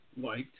liked